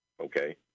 Okay